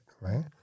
right